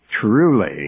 truly